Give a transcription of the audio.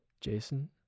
Jason